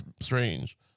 Strange